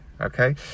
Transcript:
Okay